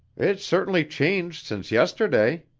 it's certainly changed since yesterday.